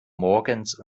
morgens